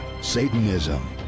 Satanism